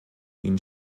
ihnen